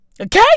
Okay